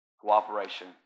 Cooperation